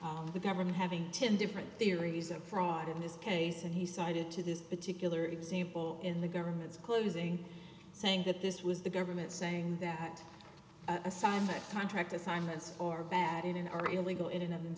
made the government having ten different theories of fraud in this case and he cited to this particular example in the government's closing saying that this was the government saying that a sign that contract assignments or bad in are illegal in and